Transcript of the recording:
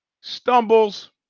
stumbles